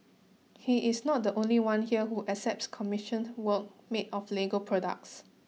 he is not the only one here who accepts commissioned work made of Lego products